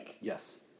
Yes